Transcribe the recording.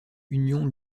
union